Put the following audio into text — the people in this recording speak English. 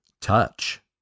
Touch